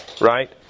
right